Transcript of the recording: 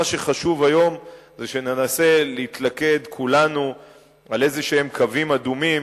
מה שחשוב היום זה שננסה להתלכד כולנו על איזשהם קווים אדומים